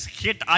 hit